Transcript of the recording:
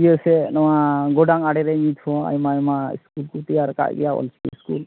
ᱤᱭᱟᱹ ᱥᱮᱡ ᱱᱚᱣᱟ ᱜᱳᱰᱟᱝ ᱟᱲᱮ ᱨᱮ ᱱᱤᱛᱦᱚᱸ ᱟᱭᱢᱟ ᱟᱭᱢᱟ ᱤᱥᱠᱩᱞ ᱠᱚ ᱛᱮᱭᱟᱨ ᱟᱠᱟᱫ ᱜᱮᱭᱟ ᱚᱞ ᱪᱤᱠᱤ ᱤᱥᱠᱩᱞ